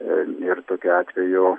ir tokiu atveju